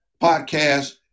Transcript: podcast